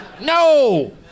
No